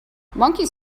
monkeys